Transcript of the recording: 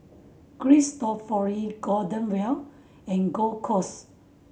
Cristofori Golden Wheel and Gold coast